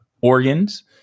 organs